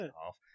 half